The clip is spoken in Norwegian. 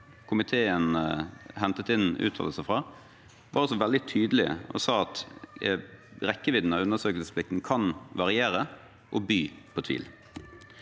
komiteen hentet inn uttalelser fra, var også veldig tydelig og sa at rekkevidden av undersøkelsesplikten kan variere og by på tvil.